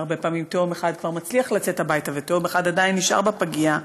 והרבה פעמים תאום אחד כבר מצליח לצאת הבית ותאום אחד עדיין נשאר בפגייה.